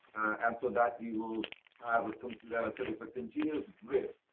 after that, we will have a complete set of continuous breath,